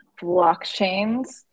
blockchains